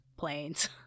planes